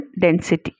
density